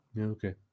okay